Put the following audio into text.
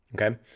Okay